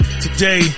Today